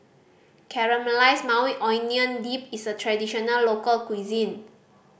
Caramelized Maui Onion Dip is a traditional local cuisine